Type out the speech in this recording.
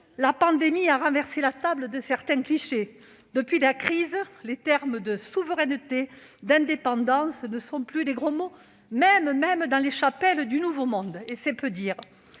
la pandémie a mis à mal certains clichés : depuis la crise, les termes de « souveraineté » et d'« indépendance » ne sont plus des gros mots, même dans les chapelles du nouveau monde- c'est peu dire